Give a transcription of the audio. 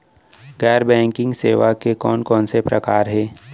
गैर बैंकिंग सेवा के कोन कोन से प्रकार हे?